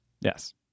Yes